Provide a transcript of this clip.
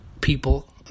people